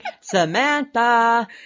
Samantha